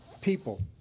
people